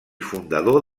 fundador